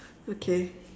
okay